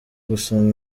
gusoma